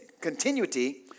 continuity